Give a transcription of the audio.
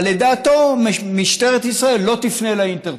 אבל לדעתו, משטרת ישראל לא תפנה לאינטרפול,